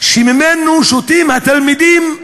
ששותים התלמידים,